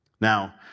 Now